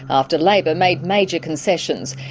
after labor made major concessions.